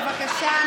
בבקשה.